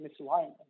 misalignment